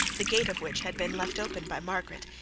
the gate of which had been left open by margaret,